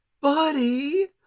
Buddy